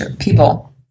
people